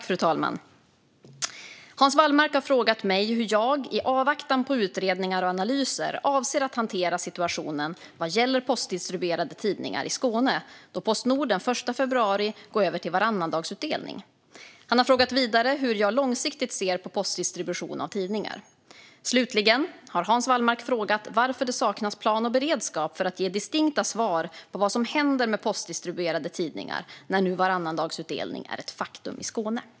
Fru talman! Hans Wallmark har frågat mig hur jag, i avvaktan på utredningar och analyser, avser att hantera situationen vad gäller postdistribuerade tidningar i Skåne då Postnord den 1 februari går över till varannandagsutdelning. Han har vidare frågat hur jag långsiktigt ser på postdistribution av tidningar. Slutligen har Hans Wallmark frågat varför det saknas plan och beredskap för att ge distinkta svar på vad som händer med postdistribuerade tidningar nu när varannandagsutdelning är ett faktum i Skåne.